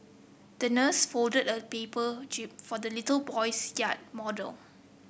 the nurse folded a paper jib for the little boy's yacht model